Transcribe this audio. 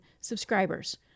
subscribers